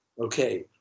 okay